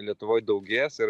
lietuvoj daugės ir